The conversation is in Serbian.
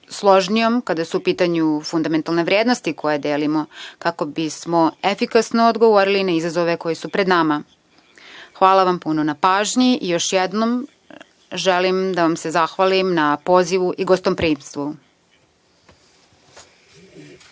složnijom kada su u pitanju fundamentalne vrednosti koje delimo kako bismo efikasno odgovorili na izazove koji su pred nama. Hvala vam puno na pažnji. Još jednom želim da vam se zahvalim na pozivu i gostoprimstvu.